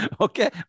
Okay